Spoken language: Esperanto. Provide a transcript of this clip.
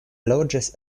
loĝis